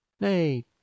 nay